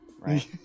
right